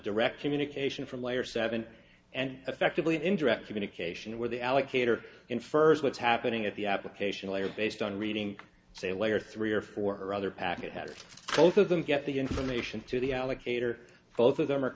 direct communication from layer seven and effectively an indirect communication where the allocator infers what's happening at the application layer based on reading say layer three or four other packet had both of them get the information to the allocator both of them are